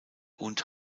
und